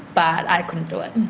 but i couldn't do it.